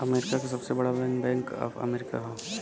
America क सबसे बड़ा बैंक बैंक ऑफ अमेरिका हौ